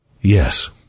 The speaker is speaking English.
Yes